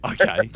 Okay